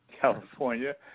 California